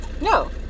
No